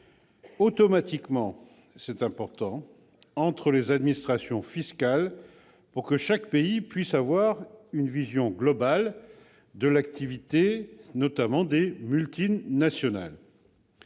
automatiquement entre les administrations fiscales, pour que chaque pays puisse avoir une vision globale de l'activité, notamment, des multinationales.